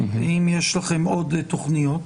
והאם יש לכם עוד תוכניות.